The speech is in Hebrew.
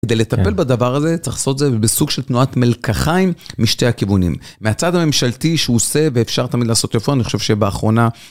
כדי לטפל בדבר הזה צריך לעשות את זה בסוג של תנועת מלקחיים משתי הכיוונים. מהצד הממשלתי שהוא עושה ואפשר תמיד לעשות יפה, אני חושב שבאחרונה...